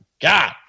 God